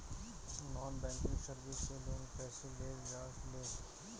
Non banking service से loan कैसे लेल जा ले?